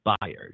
buyers